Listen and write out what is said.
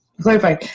clarify